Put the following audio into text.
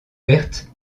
pertes